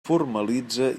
formalitza